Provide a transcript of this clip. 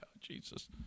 jesus